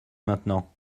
maintenant